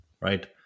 right